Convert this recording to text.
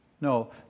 No